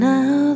Now